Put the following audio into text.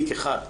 תיק אחד,